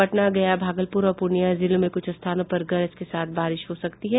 पटना गया भागलपुर और पूर्णियां जिले में कुछ स्थानों पर गरज के साथ बारिश हो सकती है